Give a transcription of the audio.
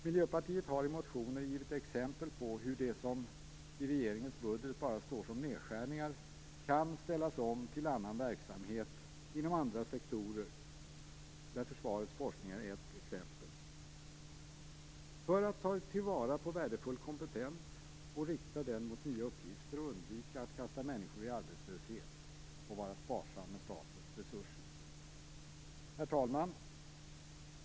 Miljöpartiet har i motionen givit exempel på hur det som i regeringens budget bara står som nedskärningar kan ställas om till annan verksamhet inom andra sektorer. Försvarets forskning är ett exempel på hur man kan ta till vara värdefull kompetens, rikta den mot nya uppgifter, undvika att kasta människor i arbetslöshet och vara sparsam med statens resurser. Herr talman!